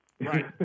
Right